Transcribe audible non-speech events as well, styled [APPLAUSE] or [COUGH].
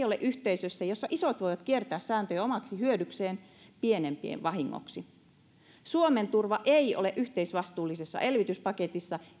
[UNINTELLIGIBLE] ole yhteisössä jossa isot voivat kiertää sääntöjä omaksi hyödykseen pienempien vahingoksi suomen turva ei ole yhteisvastuullisessa elvytyspaketissa